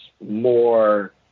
more